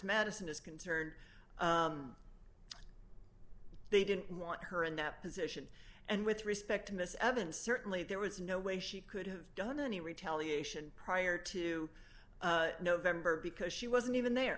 medicine is concerned they didn't want her in that position and with respect to miss evans certainly there was no way she could have done any retaliation prior to november because she wasn't even there